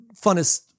funnest